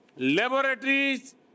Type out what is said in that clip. laboratories